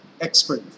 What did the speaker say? Expert